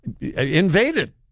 invaded